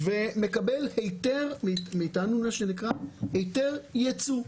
- ומקבל מאיתנו היתר יצוא.